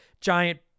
giant